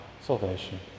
salvation